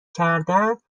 کردنچی